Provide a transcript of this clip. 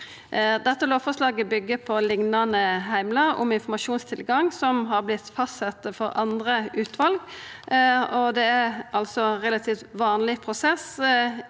Dette lovforslaget byggjer på liknande heimlar om informasjonstilgang som har vorte fastsette for andre utval, og det er altså ein relativt vanleg prosess